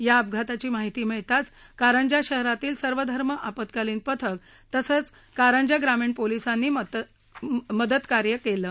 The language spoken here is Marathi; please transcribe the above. या अपघाताची माहिती मिळताच कारंजा शहरातील सर्वधर्म आपत्कालीन पथक तसद्यकारंजा ग्रामीण पोलिसानी मदतकार्य कलि